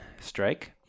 strike